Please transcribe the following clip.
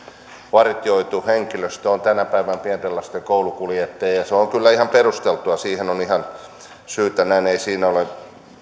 vartioitu henkilöstö tänä päivänä on pienten lasten koulukuljettajat ja se on kyllä ihan perusteltua siihen on ihan syytä ei siinä ole